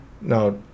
Now